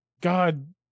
God